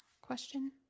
question